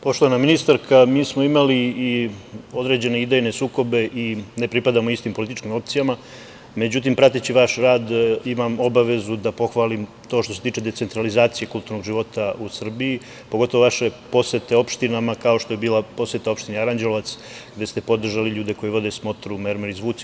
Poštovana ministarka, mi smo imali i određene idejne sukobe i ne pripadamo istim političkim opcijama, međutim, prateći vaš rad imam obavezu da pohvalim to što se tiče decentralizacije kulturnog života u Srbiji, pogotovo vaše posete opštinama kao što je bila poseta Opštini Aranđelovac, gde ste podržali ljude koji vode smotru „Mermerni i zvuci“